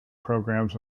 programs